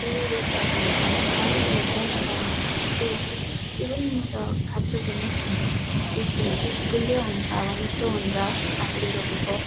त्यो रोप्दाखेरि जब साह्रो पर्छ तर त्यो इभन म त काँचो पनि खाइदिन्छु त्यस्तो गुलियो हुन्छ अब मिठो हुन्छ आफूले रोपेको